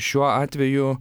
šiuo atveju